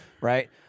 right